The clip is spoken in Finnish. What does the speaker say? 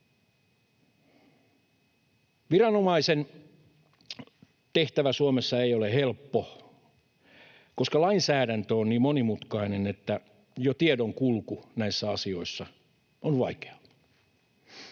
Viranomaisen tehtävä Suomessa ei ole helppo, koska lainsäädäntö on niin monimutkainen, että jo tiedonkulku näissä asioissa on vaikeaa.